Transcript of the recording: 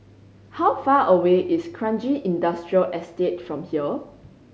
how far away is Kranji Industrial Estate from here